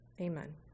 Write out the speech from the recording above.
Amen